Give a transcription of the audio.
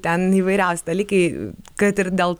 ten įvairiausi dalykai kad ir dėl